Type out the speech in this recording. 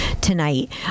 tonight